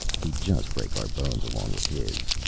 he'd just break our bones along with his,